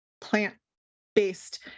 plant-based